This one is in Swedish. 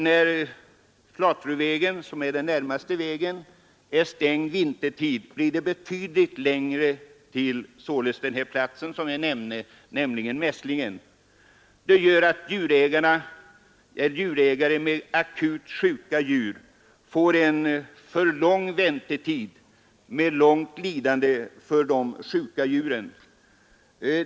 När Flatruvägen, som är närmaste väg, vintertid är stängd blir det betydligt längre till Mässlingen. De långa avstånden gör att djurägare med akut sjuka djur får en för lång väntetid, som vållar lidande för de sjuka djuren.